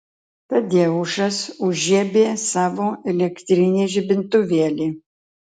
tadeušas užžiebė savo elektrinį žibintuvėlį